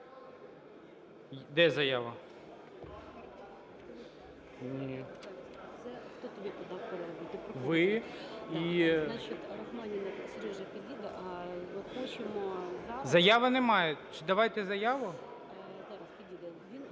Зави немає. Давайте заяву.